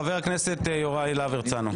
בבקשה, חבר הכנסת יוראי להב הרצנו.